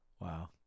Wow